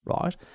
Right